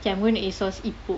K I'm gonna ASOS இப்போ:ippo